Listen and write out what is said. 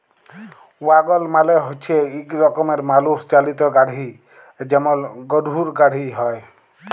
ওয়াগল মালে হচ্যে ইক রকমের মালুষ চালিত গাড়হি যেমল গরহুর গাড়হি হয়